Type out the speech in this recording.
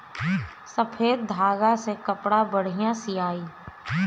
सफ़ेद धागा से कपड़ा बढ़िया सियाई